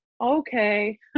Okay